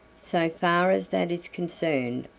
so far as that is concerned,